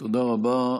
תודה רבה.